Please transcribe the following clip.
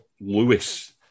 Lewis